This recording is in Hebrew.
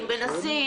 אם מנסים,